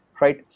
right